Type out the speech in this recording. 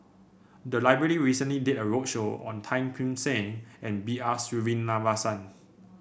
the library recently did a roadshow on Tan Kim Seng and B R Sreenivasan